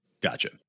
Gotcha